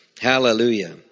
Hallelujah